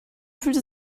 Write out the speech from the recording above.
fühlte